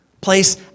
Place